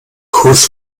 kurs